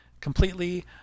completely